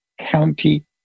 county